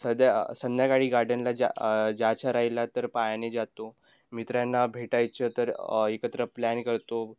सध्या संध्याकाळी गार्डनला जा जायचं राहिला तर पायाने जातो मित्रांना भेटायचं तर एकत्र प्लॅन करतो